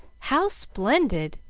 how splendid!